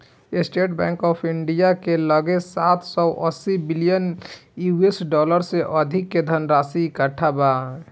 estate Bank of India के लगे सात सौ अस्सी बिलियन यू.एस डॉलर से अधिक के धनराशि इकट्ठा बा